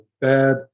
bad